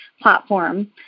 platform